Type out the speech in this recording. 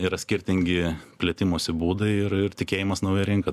yra skirtingi plėtimosi būdai ir ir tikėjimas nauja rinka